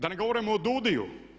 Da ne govorimo o DUDI-ju.